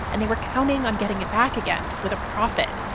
and they were counting on getting it back again with a profit.